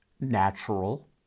natural